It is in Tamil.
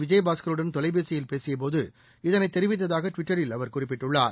விஜயபாஸ்கருடன் தொலைபேசியில் பேசியபோது இதனைத் தெரிவித்ததாக ட்விட்டரில் அவர் குறிப்பிட்டுள்ளார்